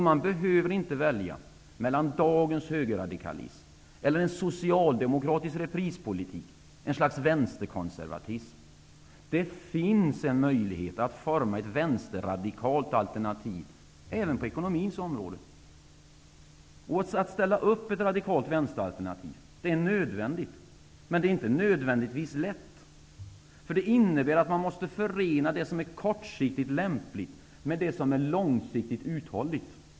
Man behöver inte välja mellan dagens högerradikalism och en socialdemokratisk reprispolitik -- ett slags vänsterkonservatism. Det finns en möjlighet att forma ett vänsterradikalt alternativ även på ekonomins område. Att ställa upp ett radikalt vänsteralternativ är nödvändigt, men det är inte nödvändigtvis lätt. Det innebär att man måste förena det som är kortsiktigt lämpligt med det som är långsiktigt uthålligt.